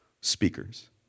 speakers